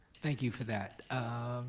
thank you for that.